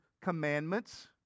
commandments